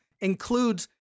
includes